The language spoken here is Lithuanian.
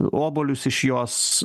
obuolius iš jos